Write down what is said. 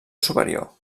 superior